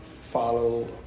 follow